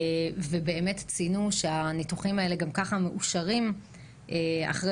הם ציינו שהניתוחים האלה גם ככה מאושרים אחרי